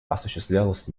осуществлялись